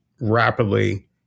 rapidly